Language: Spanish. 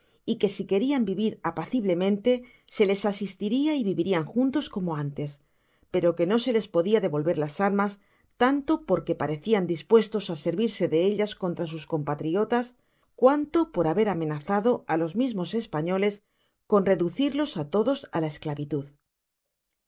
y que si querian vivir apacible mente se les asistiria y vivirian juntos como antes pero que no se les podia devolver las armas tanto porque par reeian dispuestos á servirse de ellas contra sus compatrio tas cuanto por haber amenazado á los mismos españoles con reducirlos todos á la esclavitud